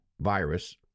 virus